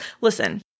Listen